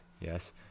Yes